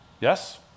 Yes